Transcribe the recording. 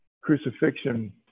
crucifixion